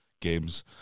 games